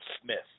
Smith